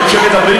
נכון.